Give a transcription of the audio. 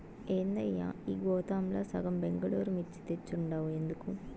ఏందయ్యా ఈ గోతాంల సగం బెంగళూరు మిర్చి తెచ్చుండావు ఎందుకు